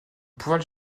pouvoir